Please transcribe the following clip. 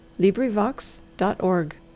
LibriVox.org